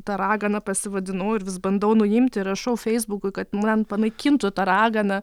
ta ragana pasivadinau ir vis bandau nuimti rašau feisbukui kad man panaikintų tą raganą